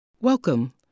Welcome